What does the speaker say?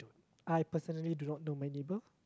I personally do not know my neighbor